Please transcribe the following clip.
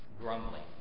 grumbling